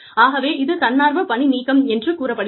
ஆகவே இது தன்னார்வ பணிநீக்கம் என்று கூறப்படுகிறது